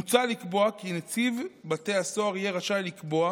מוצע לקבוע כי נציב בתי הסוהר יהיה רשאי לקבוע